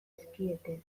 dizkiete